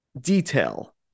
detail